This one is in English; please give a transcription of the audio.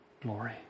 glory